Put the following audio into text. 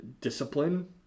discipline